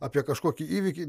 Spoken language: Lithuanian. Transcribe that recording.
apie kažkokį įvykį